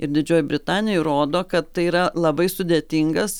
ir didžiojoj britanijoj rodo kad tai yra labai sudėtingas